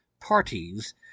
parties